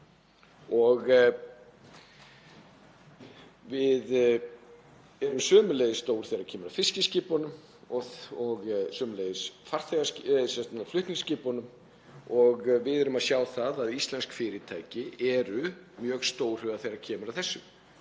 Við erum sömuleiðis stór þegar kemur að fiskiskipunum og sömuleiðis flutningsskipunum. Við erum að sjá það að íslensk fyrirtæki eru mjög stórhuga þegar kemur að þessu.